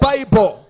Bible